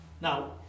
Now